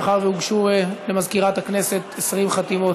מאחר שהוגשו למזכירת הכנסת 20 חתימות